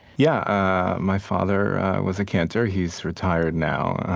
yeah, my father was a cantor. he's retired now.